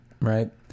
right